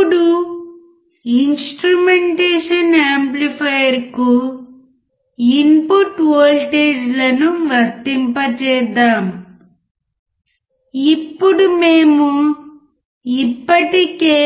ఇప్పుడు ఇన్స్ట్రుమెంటేషన్ యాంప్లిఫైయర్కు ఇన్పుట్ వోల్టేజ్లను వర్తింపజేద్దాం ఇప్పుడు మేము ఇప్పటికే